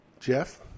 Jeff